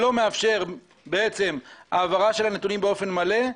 שלא מאפשר בעצם העברת הנתונים באופן מלא,